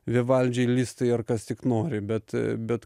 vivaldžiai listai ar kas tik nori bet bet